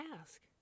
ask